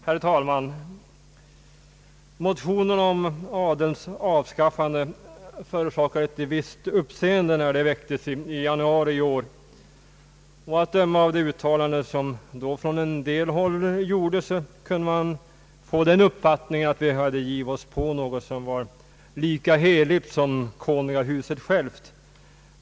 Herr talman! Motionerna om adelns avskaffande förorsakade ett visst uppseende när de väcktes i januari i år. Av uttalanden som gjordes från en del håll kunde man få den uppfattningen att vi hade givit oss på något som var lika heligt som konungahuset självt.